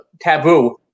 taboo